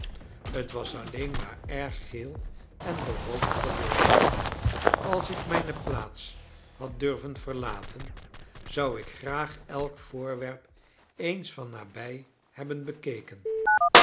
het was alleen maar erg geel en berookt geworden als ik mijne plaats had durven verlaten zou ik graag elk voorwerp eens van nabij hebben bekeken